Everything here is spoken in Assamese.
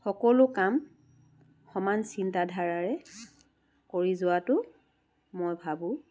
সকলো কাম সমান চিন্তাধাৰাৰে কৰি যোৱাটো মই ভাবোঁ